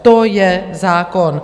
To je zákon.